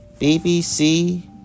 BBC